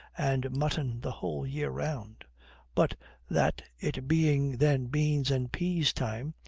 and mutton the whole year round but that, it being then beans and peas time,